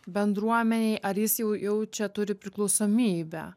bendruomenei ar jis jau jau čia turi priklausomybę